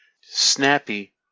Snappy